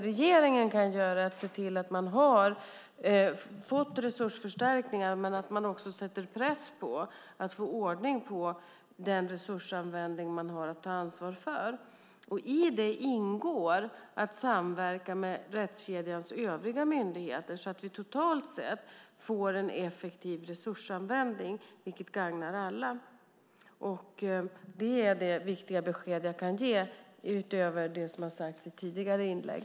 Regeringen kan se till att myndigheten får resursstärkningar och kan sätta press på att myndigheten får ordning på de resurser man har att ta ansvar för. I det ingår att samverka med rättskedjans övriga myndigheter så att det totalt sett blir en effektiv resursanvändning, vilket gagnar alla. Det är det viktiga besked jag kan ge utöver det som har sagts i tidigare inlägg.